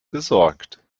gesorgt